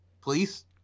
Please